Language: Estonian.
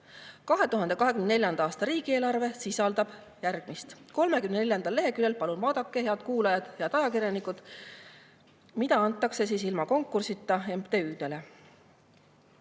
2024. aasta riigieelarve sisaldab järgmist, 34. leheküljel. Palun vaadake, head kuulajad, head ajakirjanikud, mida antakse ilma konkursita MTÜ-dele.